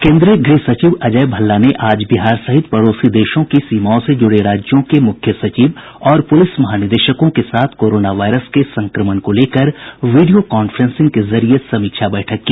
केन्द्रीय गृह सचिव अजय भल्ला ने आज बिहार सहित पड़ोसी देशों की सीमाओं से जुड़े राज्यों के मुख्य सचिव और पुलिस महानिदेशकों के साथ कोरोना वायरस के संक्रमण को लेकर वीडियो कांफ्रेंसिंग के जरिये समीक्षा बैठक की